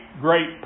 great